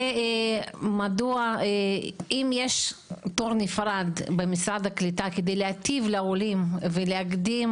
ומדוע אם יש תור נפרד במשרד הקליטה כדי להטיב לעולים ולהקדים